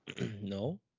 No